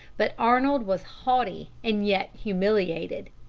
but arnold was haughty and yet humiliated.